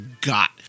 got